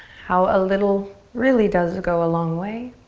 how a little really does go a long way.